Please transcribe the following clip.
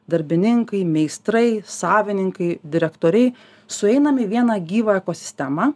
darbininkai meistrai savininkai direktoriai sueiname į vieną gyvą ekosistemą